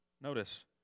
Notice